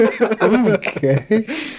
Okay